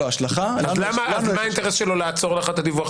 אז מה האינטרס שלו לעצור לך את הדיווח?